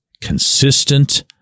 consistent